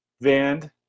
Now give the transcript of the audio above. Vand